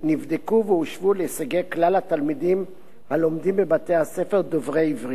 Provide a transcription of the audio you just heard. נבדקו והושוו להישגי כלל התלמידים הלומדים בבתי-הספר דוברי העברית,